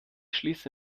schließe